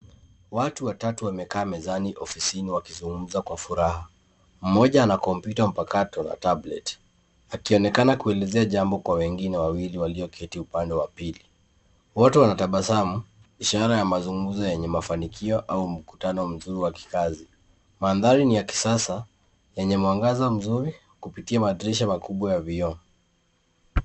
Watu watatu wamekaa mezani ofisini wakizungumza kwa furaha ,moja ana kompyuta mpakato la tablet , akionekana kuelezea jambo kwa wengine wawili walioketi upande wa pili, wote wanatabasamu, ishara ya mazungumzo yenye mafanikio au mkutano mzuri wa kikazi. Mandhari ni ya kisasa, yenye mwangaza mzuri kupitia madirisha makubwa ya vioo.